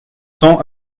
cents